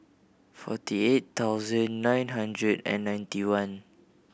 forty eight thousand nine hundred and ninety one